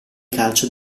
calcio